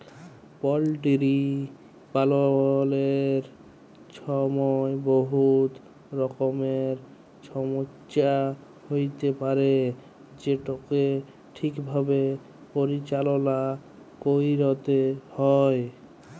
poultry পাললের ছময় বহুত রকমের ছমচ্যা হ্যইতে পারে যেটকে ঠিকভাবে পরিচাললা ক্যইরতে হ্যয়